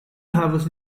havos